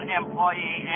employee